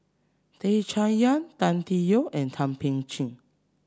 Tan Chay Yan Tan Tee Yoke and Thum Ping Tjin